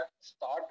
start